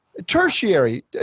tertiary